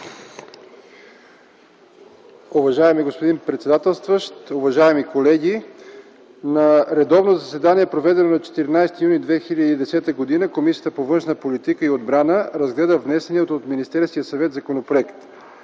Уважаеми господи председателстващ, уважаеми колеги! „На редовно заседание, проведено на 14 юни 2010 г., Комисията по външна политика и отбрана разгледа внесения от Министерския съвет законопроект.